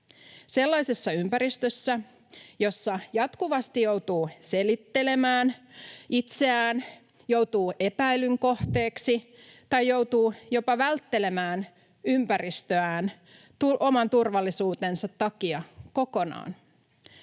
sellaisessa ympäristössä, jossa jatkuvasti joutuu selittelemään itseään, joutuu epäilyn kohteeksi tai joutuu jopa välttelemään ympäristöään oman turvallisuutensa takia kokonaan.